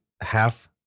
half